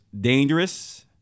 dangerous